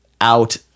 out